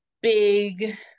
big